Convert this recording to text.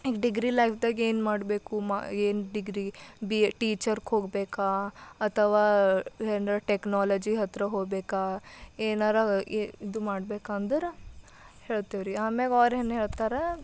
ಈಗ ಡಿಗ್ರಿ ಲೈಫ್ದಾಗ ಏನು ಮಾಡಬೇಕು ಮಾ ಏನು ಡಿಗ್ರಿ ಬಿ ಟೀಚರ್ಕ್ಕೆ ಹೋಗಬೇಕಾ ಅಥವಾ ಏನ್ರ ಟೆಕ್ನಾಲಜಿ ಹತ್ತಿರ ಹೋಗಬೇಕಾ ಏನಾರ ಇದು ಮಾಡಬೇಕಾ ಅಂದರೆ ಹೇಳ್ತೇವ್ರಿ ಆಮ್ಯಾಗ ಅವ್ರ್ ಏನು ಹೇಳ್ತಾರ